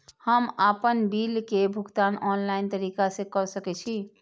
हम आपन बिल के भुगतान ऑनलाइन तरीका से कर सके छी?